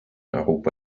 europa